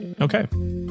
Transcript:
okay